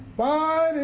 by the